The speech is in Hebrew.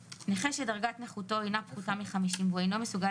(1)נכה שדרגת נכותו אינה פחותה מ־50% והוא אינו מסוגל